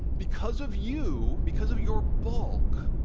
because of you, because of your bulk,